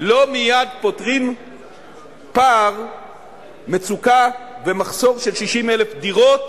לא מייד פותרים פער מצוקה ומחסור של 60,000 דירות.